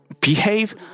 behave